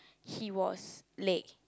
he was Lei